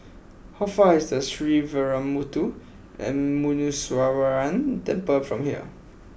how far away does the Sree Veeramuthu and Muneeswaran Temple from here